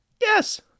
Yes